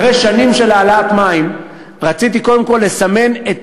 אחרי שנים של העלאת מחיר המים רציתי קודם כול לסמן את